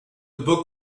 book